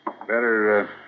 Better